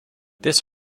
this